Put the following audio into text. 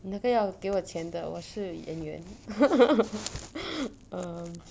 那个要给我钱的我是演员 um